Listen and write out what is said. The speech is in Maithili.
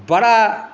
बड़ा